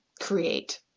create